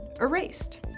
erased